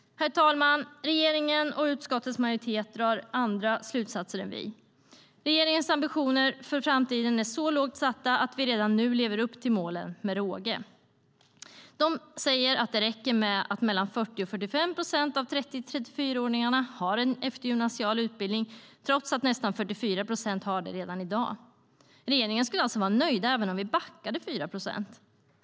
Fru talman! Regeringen och utskottets majoritet drar andra slutsatser än vi. Regeringens ambitioner för framtiden är så lågt satta att vi redan nu lever upp till målen med råge. Regeringen säger att det räcker med att mellan 40 och 45 procent av 30-34-åringarna har en eftergymnasial utbildning trots att nästan 44 procent har det redan i dag. Regeringen skulle alltså vara nöjd även om vi backade 4 procent.